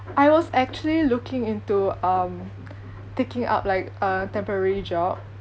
I was actually looking into um taking up like a temporary job